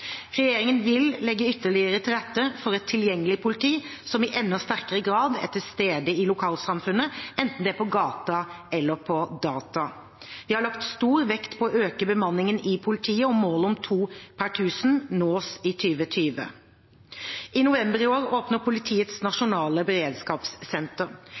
Regjeringen vil legge ytterligere til rette for et tilgjengelig politi, som i enda sterkere grad er til stede i lokalsamfunnet, enten det er på gata eller på data. Vi har lagt stor vekt på å øke bemanningen i politiet, og målet om to politifolk per tusen innbyggere nås i 2020. I november i år åpner Politiets